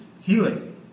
healing